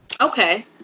Okay